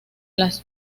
las